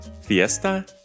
Fiesta